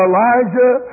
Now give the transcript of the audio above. Elijah